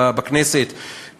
בכנסת,